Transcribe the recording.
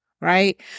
right